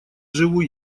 живу